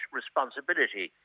responsibility